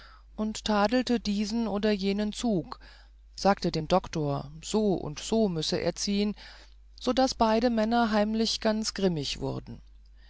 und tadelte diesen oder jenen zug sagte dem doktor so und so müsse er ziehen so daß beide männer heimlich ganz grimmig wurden